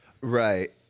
Right